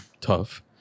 tough